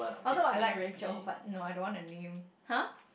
although I like Rachel but no I don't want a name !huh!